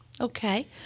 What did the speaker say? Okay